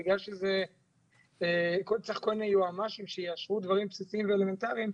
בגלל שצריך כל מיני יועמ"שים שיאשרו דברים בסיסים ואלמנטריים,